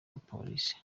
abapolisi